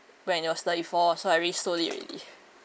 when it was slightly fall so I raise slowly already